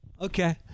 Okay